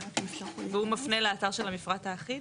הוא מפנה לאתר של המפרט האחיד?